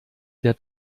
der